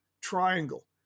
triangle